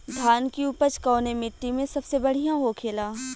धान की उपज कवने मिट्टी में सबसे बढ़ियां होखेला?